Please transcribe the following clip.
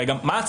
הרי מה הצורך,